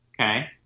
okay